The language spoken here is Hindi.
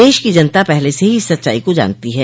देश की जनता पहले से ही इस सच्चाई को जानती है